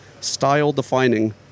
style-defining